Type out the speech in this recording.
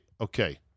okay